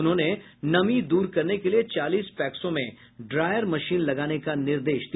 उन्होंने नमी दूर करने के लिये चालीस पैक्सों में ड्रायर मशीन लगाने का निर्देश दिया